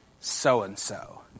so-and-so